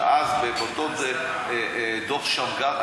דוח שמגר,